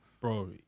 bro